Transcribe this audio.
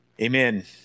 Amen